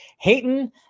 Hayton